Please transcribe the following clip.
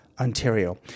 Ontario